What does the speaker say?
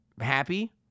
happy